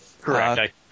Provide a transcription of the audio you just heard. Correct